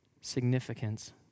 significance